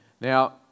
Now